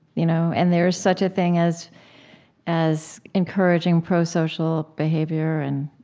you know and there is such a thing as as encouraging pro-social behavior, and